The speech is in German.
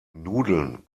nudeln